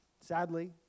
Sadly